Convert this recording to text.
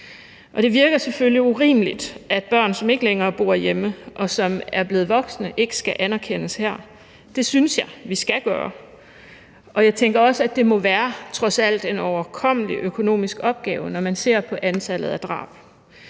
det virker selvfølgelig urimeligt, at børn, som ikke længere bor hjemme, og som er blevet voksne, ikke skal anerkendes her. Det synes jeg vi skal gøre, og jeg tænker også, at det trods alt må være en overkommelig økonomisk opgave, når man ser på antallet af drab.